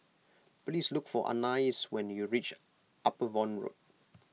please look for Anais when you reach Upavon Road